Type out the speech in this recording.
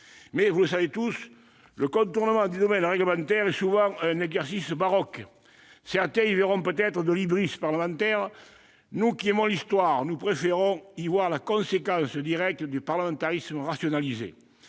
Mais, vous le savez tous, le contournement du domaine réglementaire est souvent un exercice baroque ... Certains y verront peut-être de l'« parlementaire ». Nous qui aimons l'histoire, nous préférons y voir la conséquence directe du parlementarisme rationalisé.